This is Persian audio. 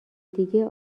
دیگه